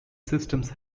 systems